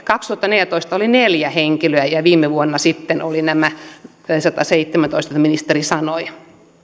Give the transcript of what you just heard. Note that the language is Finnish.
kaksituhattaneljätoista oli neljä henkilöä ja viime vuonna sitten olivat nämä sataseitsemäntoista kuten ministeri sanoi